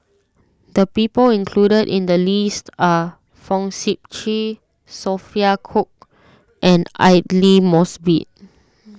the people included in the list are Fong Sip Chee Sophia Cooke and Aidli Mosbit